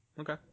Okay